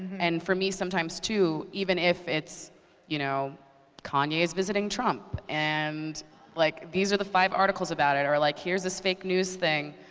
and for me, sometimes, too, even if it's you know kanye's visiting trump, and like these are the five articles about it, or like here's this fake news thing,